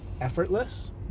effortless